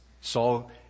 saul